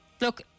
Look